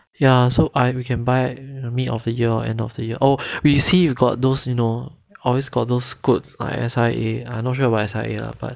ya so I we can buy mid of the year or end of the year oh we see if got those you know always got those you know code like S_I_A I not sure about S_I_A lah but